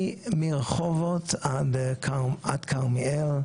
מרחובות ועד כרמיאל,